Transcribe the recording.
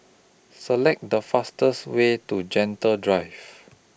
Select The fastest Way to Gentle Drive